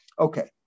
Okay